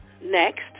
Next